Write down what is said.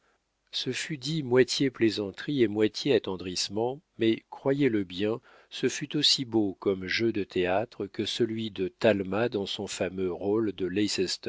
ce fut dit moitié plaisanterie et moitié attendrissement mais croyez-le bien ce fut aussi beau comme jeu de théâtre que celui de talma dans son fameux rôle de